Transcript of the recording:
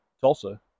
Tulsa